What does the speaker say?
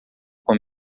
com